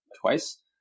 twice